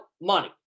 money